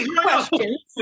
questions